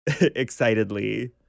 excitedly